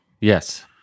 Yes